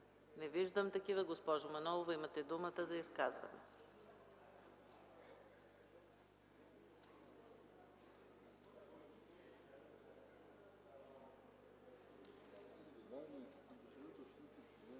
Не виждам такива. Госпожо Манолова, имате думата за изказване.